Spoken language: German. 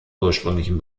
ursprünglichen